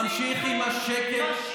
ממשיך עם השקר,